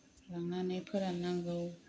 लांनानै फोराननांगौ